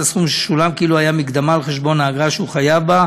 הסכום ששולם כאילו היה מקדמה על חשבון האגרה שהוא חייב בה